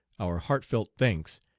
our heartfelt thanks,